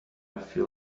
feel